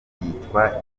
yitwa